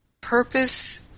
Purpose